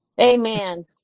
Amen